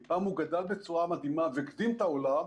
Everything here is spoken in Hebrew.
פעם הוא גדל בצורה מדהימה והקדים את העולם,